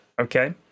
Okay